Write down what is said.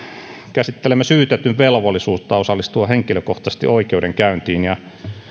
käsittelemme syytetyn velvollisuutta osallistua henkilökohtaisesti oikeudenkäyntiin ja